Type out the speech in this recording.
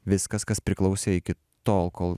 viskas kas priklausė iki tol kol